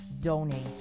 donate